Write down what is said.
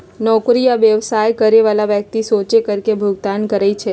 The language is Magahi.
नौकरी आ व्यवसाय करे बला व्यक्ति सोझे कर के भुगतान करइ छै